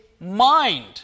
mind